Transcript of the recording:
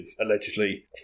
allegedly